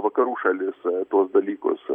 vakarų šalis tuos dalykus